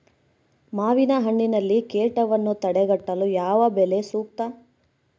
ಮಾವಿನಹಣ್ಣಿನಲ್ಲಿ ಕೇಟವನ್ನು ತಡೆಗಟ್ಟಲು ಯಾವ ಬಲೆ ಸೂಕ್ತ?